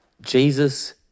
Jesus